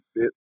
fit